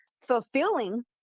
fulfilling